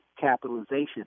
capitalization –